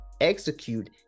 execute